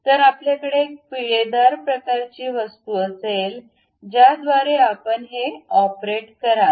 तर आपल्याकडे एक पिळेदार प्रकारची वस्तू असेल ज्याद्वारे आपण हे ऑपरेट कराल